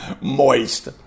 moist